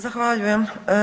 Zahvaljujem.